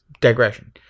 digression